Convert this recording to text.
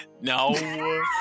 no